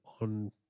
on